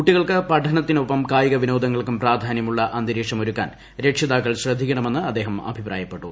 കുട്ടികൾക്ക് പഠനത്തിനൊപ്പം കായിക വിനോദങ്ങൾക്കും പ്രാധാന്യമുള്ള അന്തരീക്ഷമൊരുക്കാൻ രക്ഷിതാക്കൾ ശ്രദ്ധിക്കണമെന്ന് അദ്ദേഹം അഭിപ്രായപ്പെട്ടു